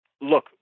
look